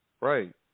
right